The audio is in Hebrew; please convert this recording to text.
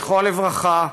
זכרו לברכה,